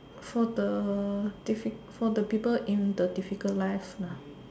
for the diffi~ for the people in the difficult life lah